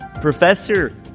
Professor